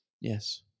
Yes